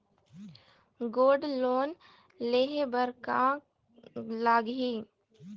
Gold loan लेहे बर का लगही?